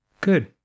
Good